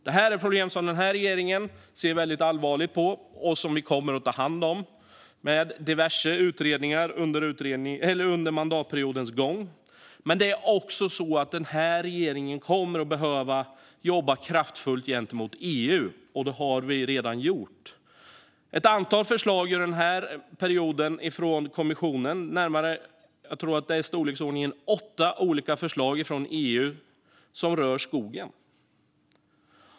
Det här är ett problem som denna regering ser väldigt allvarligt på och kommer att ta hand om med diverse utredningar under mandatperiodens gång. Men det är också så att denna regering kommer att behöva jobba kraftfullt gentemot EU, vilket regeringen redan har gjort. Det har kommit ett antal förslag från kommissionen under denna period - jag tror att det är i storleksordningen åtta olika förslag från EU som rör skogen.